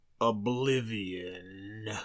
oblivion